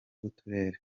b’uturere